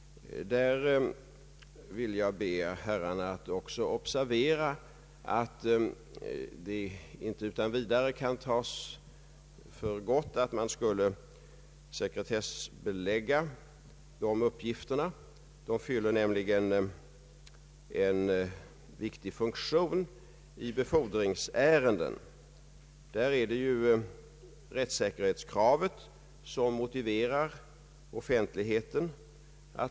Jag vill be herrarna observera att det inte utan vidare kan tas för gott att uppgifterna i detta register bör bli sekretessbelagda. De fyller nämligen en viktig funktion i befordringsärenden. Där är det ju rättssäkerhetskravet som motiverar offentligheten.